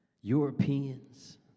Europeans